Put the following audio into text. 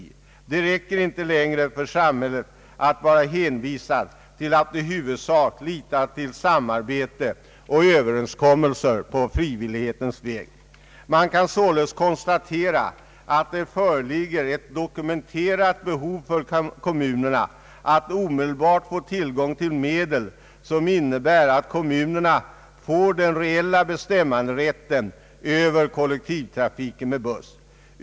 Det räcker inte längre för samhället att vara hänvisat till att i huvudsak lita till samarbete och överenskommelser på frivillighetens väg. Man kan således konstatera att det föreligger ett dokumenterat behov för kommunerna att omedelbart få tillgång till medel som innebär att kommunerna får den reella bestämmanderätten över kollektivtrafiken med buss.